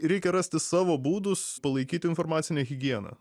reikia rasti savo būdus palaikyti informacinę higieną